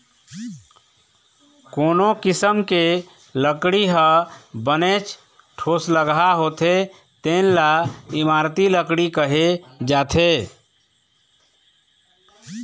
कोनो किसम के लकड़ी ह बनेच ठोसलगहा होथे तेन ल इमारती लकड़ी कहे जाथे